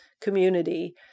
community